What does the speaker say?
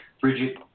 Bridget